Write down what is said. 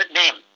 name